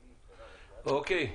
אוקיי,